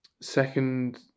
Second